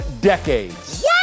decades